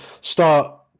start